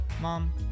mom